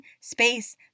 space